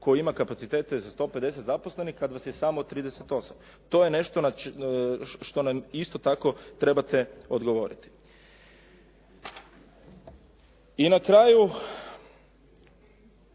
koji ima kapacitete za 150 zaposlenih, kad vas je samo 38? To je nešto što nam isto tako trebate odgovoriti. I na kraju,